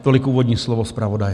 Tolik úvodní slovo zpravodaje.